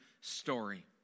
story